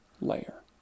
layer